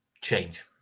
change